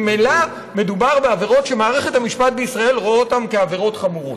ממילא מדובר בעבירות שמערכת המשפט בישראל רואה אותן כעבירות חמורות.